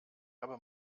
habe